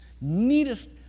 Neatest